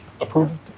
approved